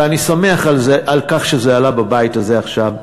ואני שמח על כך שזה עלה בבית הזה עכשיו,